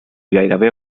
gairebé